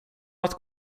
att